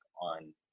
on